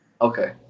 Okay